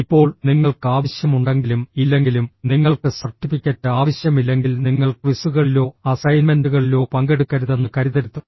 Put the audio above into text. ഇപ്പോൾ നിങ്ങൾക്ക് ആവശ്യമുണ്ടെങ്കിലും ഇല്ലെങ്കിലും നിങ്ങൾക്ക് സർട്ടിഫിക്കറ്റ് ആവശ്യമില്ലെങ്കിൽ നിങ്ങൾ ക്വിസുകളിലോ അസൈൻമെന്റുകളിലോ പങ്കെടുക്കരുതെന്ന് കരുതരുത്